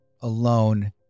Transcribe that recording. alone